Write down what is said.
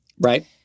Right